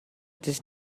this